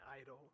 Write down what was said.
idol